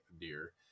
deer